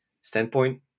standpoint